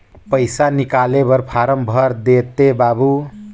पइसा निकाले बर फारम भर देते बाबु?